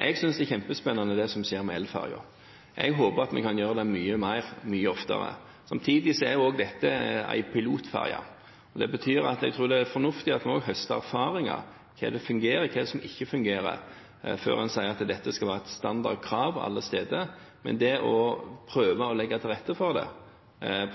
Jeg synes det er kjempespennende, det som skjer med elferjer. Jeg håper at vi kan gjøre dette mye mer, mye oftere. Samtidig er jo også dette en pilotferje. Det betyr, tror jeg, at det er fornuftig at vi også høster erfaringer med hva som fungerer, og hva som ikke fungerer, før en sier at dette skal være et standardkrav alle steder. Men en må helt klart prøve å legge til rette for det